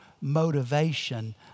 motivation